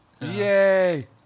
Yay